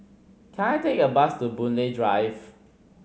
can I take a bus to Boon Lay Drive